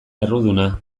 erruduna